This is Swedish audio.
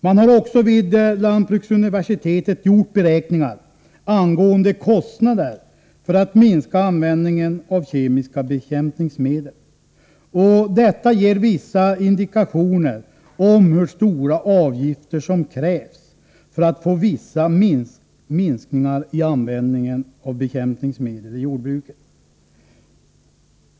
Man har vid lantbruksuniversitetet också gjort beräkningar angående kostnaderna för att minska användningen av kemiska bekämpningsmedel. Dessa beräkningar ger en del indikationer om hur stora avgifter som krävs för att få vissa minskningar i användningen av bekämpningsmedel i jordbruket.